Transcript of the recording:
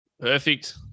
Perfect